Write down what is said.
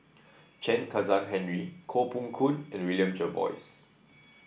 Chen Kezhan Henri Koh Poh Koon and William Jervois